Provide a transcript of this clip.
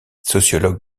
sociologue